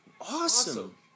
awesome